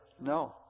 no